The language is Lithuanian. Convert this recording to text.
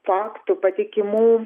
faktų patikimų